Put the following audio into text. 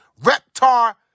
Reptar